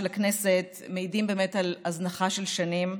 הכנסת באמת מעידים על הזנחה קשה של שנים.